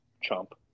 chump